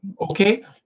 Okay